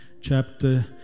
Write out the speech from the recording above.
chapter